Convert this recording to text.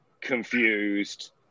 confused